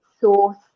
source